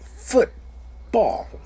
Football